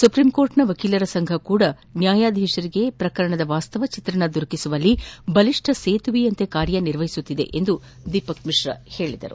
ಸುಪ್ರೀಂಕೋರ್ಟ್ನ ವಕೀಲರ ಸಂಘವೂ ಸಹ ನ್ನಾಯಾಧೀಶರಿಗೆ ಪ್ರಕರಣದ ವಾಸ್ತವ ಚಿತ್ರಣ ದೊರಕಿಸುವಲ್ಲಿ ಬಲಿಷ್ಷ ಸೇತುವೆಯಂತೆ ಕಾರ್ಯನಿರ್ವಹಿಸುತ್ತಿದೆ ಎಂದು ದೀಪಕ್ ಮಿಶ್ರಾ ಹೇಳಿದರು